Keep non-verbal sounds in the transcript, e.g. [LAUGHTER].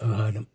[UNINTELLIGIBLE]